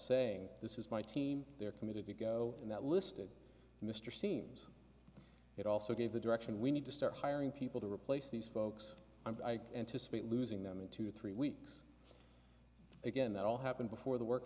saying this is my team they're committed to go and that listed mr seems it also gave the direction we need to start hiring people to replace these folks i could anticipate losing them in two three weeks again that all happened before the work